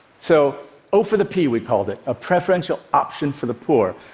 so o for the p, we called it, a preferential option for the poor.